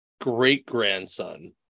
great-grandson